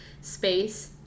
space